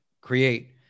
create